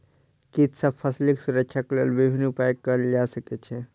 कीट सॅ फसीलक सुरक्षाक लेल विभिन्न उपाय कयल जा सकै छै